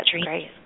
Great